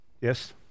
Yes